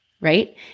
right